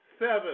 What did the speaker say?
seven